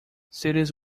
series